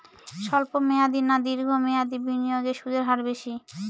স্বল্প মেয়াদী না দীর্ঘ মেয়াদী বিনিয়োগে সুদের হার বেশী?